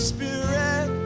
Spirit